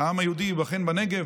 "העם היהודי ייבחן בנגב".